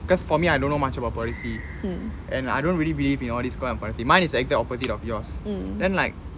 cause for me I don't know much about policy and I don't really believe in all these kind of policy mine is the opposite of yours then like